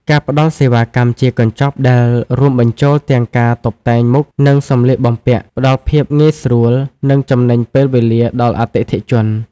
ការផ្ដល់សេវាកម្មជាកញ្ចប់ដែលរួមបញ្ចូលទាំងការតុបតែងមុខ និងសម្លៀកបំពាក់ ផ្ដល់ភាពងាយស្រួល និងចំណេញពេលវេលាដល់អតិថិជន។